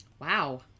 Wow